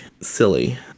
silly